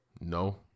No